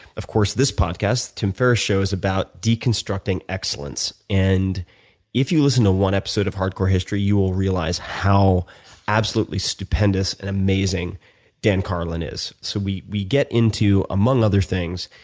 of course this podcast, the tim ferriss show, is about deconstructing excellence. and if you listen to one episode of hardcore history, you'll realize how absolutely stupendous and amazing dan carlin is. so we we get into, among other things,